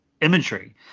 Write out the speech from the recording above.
imagery